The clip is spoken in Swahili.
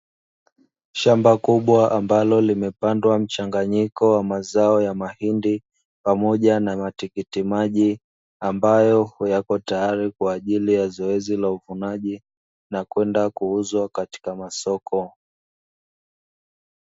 Shamba kubwa ambalo limepandwa mchanganyiko wa mazao ya mahindi pamoja na matikitimaji, ambayo yako tayari kwa ajili ya zoezi la uvunaji na kwenda kuuzwa katika masoko.